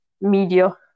media